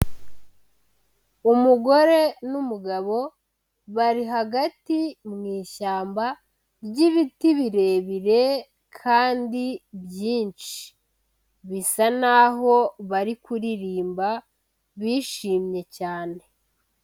Umugore n'umugabo bari hagati mu ishyamba ry'ibiti birebire kandi byinshi, bisa naho bari kuririmba bishimye cyane.